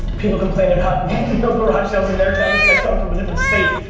people complaining about no garage sales in their town, this guy's coming from a different state.